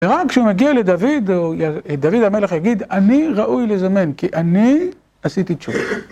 ורק כשהוא מגיע לדוד, דוד המלך יגיד, אני ראוי לזמן, כי אני עשיתי תשובה.